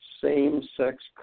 same-sex